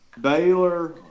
Baylor